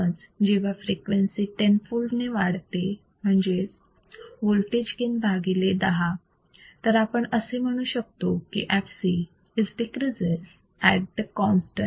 म्हणून जेव्हा frequency tenfold ने वाढते म्हणजेच वोल्टेज गेन भागिले 10 तर आपण असे म्हणू शकतो की fc is decreased at the constant